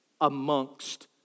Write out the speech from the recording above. amongst